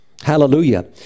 Hallelujah